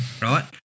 right